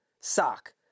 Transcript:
sock